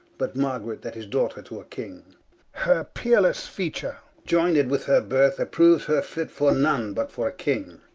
but margaret, that is daughter to a king her peerelesse feature, ioyned with her birth, approues her fit for none, but for a king.